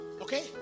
okay